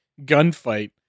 gunfight